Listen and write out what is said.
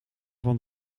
van